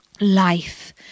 life